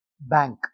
bank